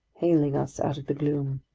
hailing us out of the gloom?